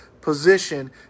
position